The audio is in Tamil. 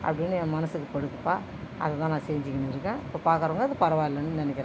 அப்படினு என் மனசுக்கு படுதுப்பா அதை தான் நான் செஞ்சிக்கின்னு இருக்கேன் இப்போ பார்க்குறவங்க அது பரவாயிலன்னு நினைக்கிறேன்